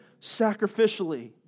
sacrificially